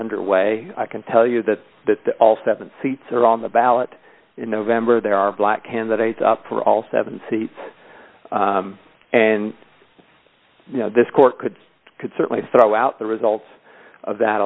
underway i can tell you that all seven seats are on the ballot in november there are black candidates up for all seven seats and this court could could certainly throw out the results of that